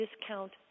discount